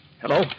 Hello